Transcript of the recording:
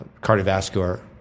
cardiovascular